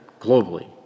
globally